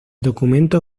documento